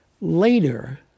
later